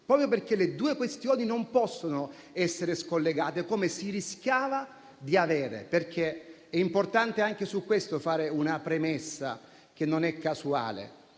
proprio perché le due questioni non possono essere scollegate, come si rischiava di fare. È importante anche su questo fare una premessa, che non è casuale.